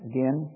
Again